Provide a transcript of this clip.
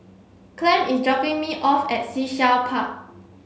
Clem is dropping me off at Sea Shell Park